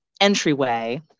entryway